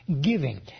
giving